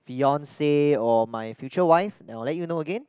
fiancee or my future wife then I'll let you know again